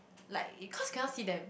like it cause cannot see them